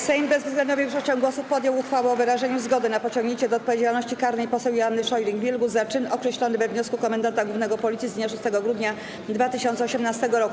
Sejm bezwzględną większością głosów podjął uchwałę o wyrażeniu zgody na pociągnięcie do odpowiedzialności karnej poseł Joanny Scheuring-Wielgus za czyn określony we wniosku Komendanta Głównego Policji z dnia 6 grudnia 2018 r.